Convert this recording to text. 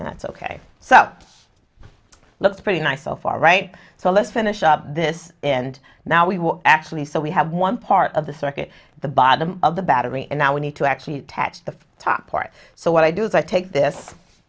and that's ok so looks pretty nice so far right so let's finish up this and now we will actually so we have one part of the circuit the bottom of the battery and now we need to actually attach the top part so what i do is i take this